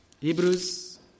Hebrews